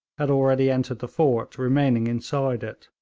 had already entered the fort, remaining inside it.